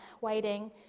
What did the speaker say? waiting